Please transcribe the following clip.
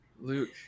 Luke